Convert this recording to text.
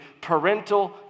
parental